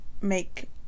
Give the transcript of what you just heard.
make